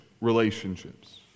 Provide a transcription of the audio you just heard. relationships